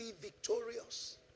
victorious